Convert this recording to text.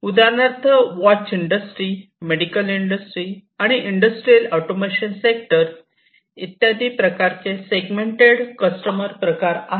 उदाहरणार्थ watch industry medical industry आणि industrial automation sector इत्यादी प्रकारचे सेगमेंटेड कस्टमर प्रकार आहेत